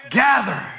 gather